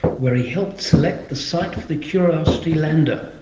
where he helped select the site for the curiosity lander,